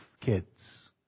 kids